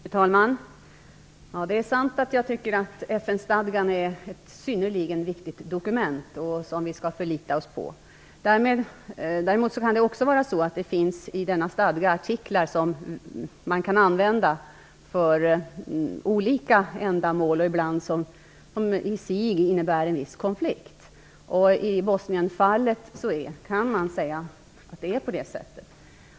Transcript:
Fru talman! Det är sant att jag tycker att FN stadgan är ett synnerligen viktigt dokument som vi skall förlita oss på. Dock kan det i denna stadga finnas artiklar som man kan använda för olika ändamål som ibland i sig innebär en viss konflikt. I Bosnien-fallet kan man säga att det är på det sättet.